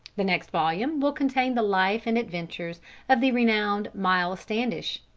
the next volume will contain the life and adventures of the renowned miles standish,